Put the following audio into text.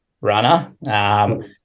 runner